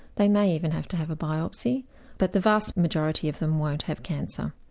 they may even have to have a biopsy but the vast majority of them won't have cancer.